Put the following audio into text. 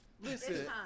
listen